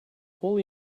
holy